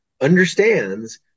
understands